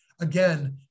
again